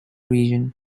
region